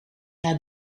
naar